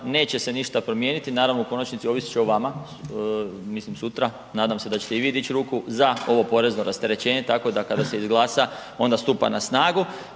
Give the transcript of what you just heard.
neće se ništa promijeniti. Naravno u konačnici ovisit će o vama, mislim sutra, nadam se da ćete i vi dići ruku za ovo porezno rasterećenje tako da kada se izglasa onda stupa na snagu.